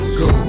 go